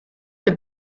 the